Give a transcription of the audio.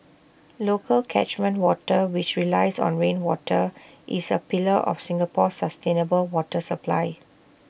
local catchment water which relies on rainwater is A pillar of Singapore's sustainable water supply